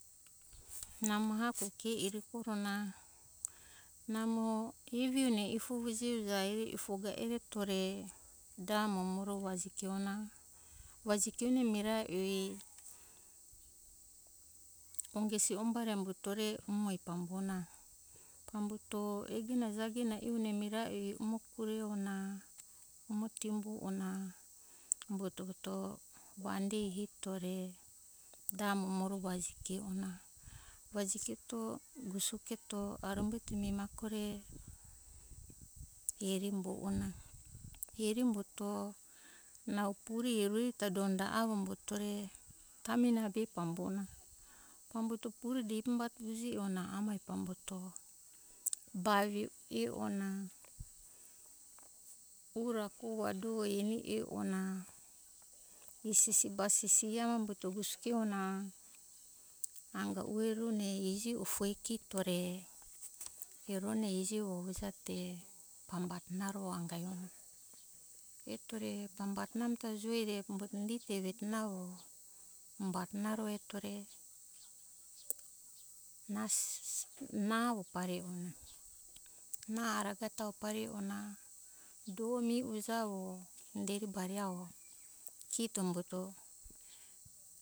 Namo hako ke ere korona namo evi one ifo vuji uja evi ifo ga eretore da momoru vaji kio na. vaji kione mirae ue ongesi ombari amo umbutore umoi pambona pambuto ege na jage na ione mirae umo kurae iona umo timbu ona umbuto vuto vande hito re da momoru vaji kio ona. vajiketo gusuketo arumbeto mi ma kore heri umbo ona. heri umbuto nau pure erue ta donda avo umbuto re amin a be pambona pambuto pure dei pambati uje ona amai pambuto ba ve e ona puga do ga eni e ona isisi basisi ie ambuto gosikiona anga ue rone iji ufoi kito re erone iji vovuja te pambati ona ro anga e ona eto re pambatona ami ta joi re pambuto indito eveti ona ro umbato na ro ejo eto re nasi na avo pare on ana araga ta pare ona do mihuja avo inderi bari avo kito umbuto